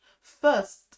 First